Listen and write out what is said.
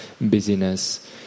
busyness